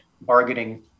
bargaining